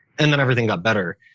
and then everything got better.